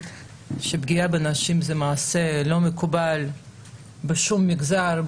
שפגיעה בנשים זה מעשה שאינו מקובל בשום מגזר,